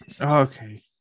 okay